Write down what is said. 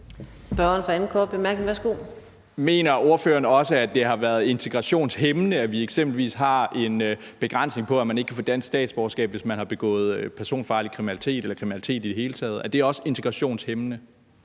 Mener ordføreren også, at det har været integrationshæmmende, at vi eksempelvis har en begrænsning på at få dansk statsborgerskab, hvis man har begået personfarlig kriminalitet eller kriminalitet i det hele taget? Er det også integrationshæmmende?